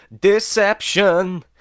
deception